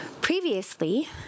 Previously